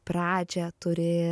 pradžią turi